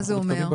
מה זה אומר?